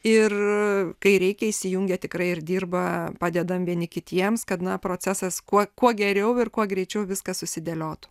ir kai reikia įsijungia tikrai ir dirba padedam vieni kitiems kad na procesas kuo kuo geriau ir kuo greičiau viskas susidėliotų